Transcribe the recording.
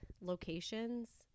locations